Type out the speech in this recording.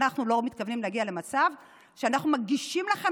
אנחנו לא מתכוונים להגיע למצב שאנחנו מגישים לכם